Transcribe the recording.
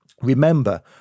Remember